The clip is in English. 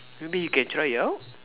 maybe you can try it out